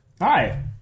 Hi